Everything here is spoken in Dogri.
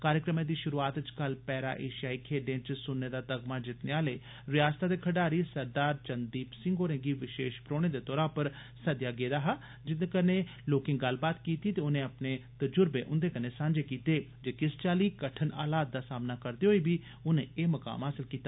कार्यक्रमै दे शुरूआत च कल पैरा एशियाई खेड्डें च सुन्ने दा तगमा जित्तने आले रयासतै दे खडारी सरदार चंदीप सिंह होरें गी विशेष परोह्ने दे तौरा पर सद्देआ गेदा हा जेदे कन्नै लोकें गल्लबात कीती ते उनेंगी अपने तजुर्बे उन्दे कन्नै सांझे कीते जे किस चाल्ली कठन हालात दा सामना करदे होई उनें एह मकाम हासल कीता